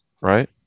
Right